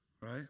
right